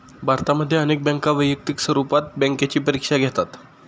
भारतामध्ये अनेक बँका वैयक्तिक स्वरूपात बँकेची परीक्षा घेतात